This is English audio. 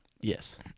Yes